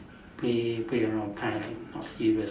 play play around kind not serious